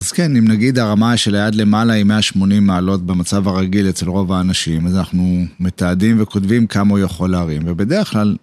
אז כן, אם נגיד הרמה של היד למעלה היא 180 מעלות במצב הרגיל אצל רוב האנשים, אז אנחנו מתעדים וכותבים כמה הוא יכול להרים, ובדרך כלל...